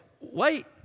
wait